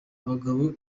abagabo